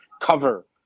cover